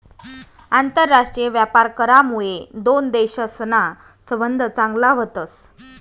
आंतरराष्ट्रीय व्यापार करामुये दोन देशसना संबंध चांगला व्हतस